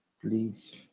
please